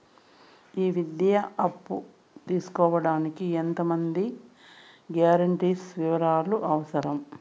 ఈ విద్యా అప్పు తీసుకోడానికి ఎంత మంది గ్యారంటర్స్ వివరాలు అవసరం?